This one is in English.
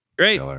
great